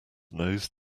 nose